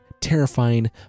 terrifying